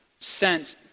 sent